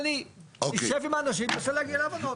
אני אשב עם האנשים וננסה להגיע להבנות.